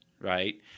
right